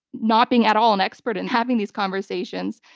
not being at all an expert in having these conversations,